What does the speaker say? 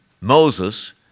Moses